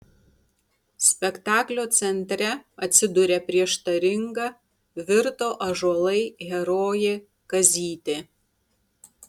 spektaklio centre atsiduria prieštaringa virto ąžuolai herojė kazytė